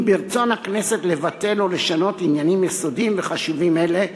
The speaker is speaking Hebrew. אם ברצון הכנסת לבטל או לשנות עניינים יסודיים וחשובים אלה,